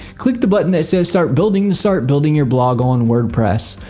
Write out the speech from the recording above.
click the button that says start building to start building your blog on wordpress.